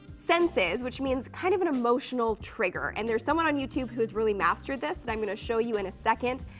senses, which means kind of an emotional trigger, and there's someone on youtube who's really mastered this that i'm going to show you in a second.